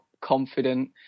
confident